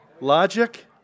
logic